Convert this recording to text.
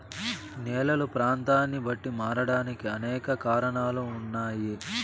నేలలు ప్రాంతాన్ని బట్టి మారడానికి అనేక కారణాలు ఉన్నాయి